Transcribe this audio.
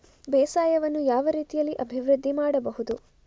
ಬೇಸಾಯವನ್ನು ಯಾವ ರೀತಿಯಲ್ಲಿ ಅಭಿವೃದ್ಧಿ ಮಾಡಬಹುದು?